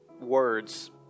words